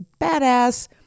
badass